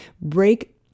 break